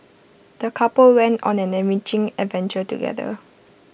the couple went on an enriching adventure together